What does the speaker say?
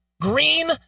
green